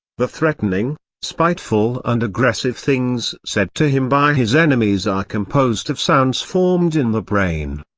the threatening, spiteful and aggressive things said to him by his enemies are composed of sounds formed in the brain.